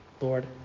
Lord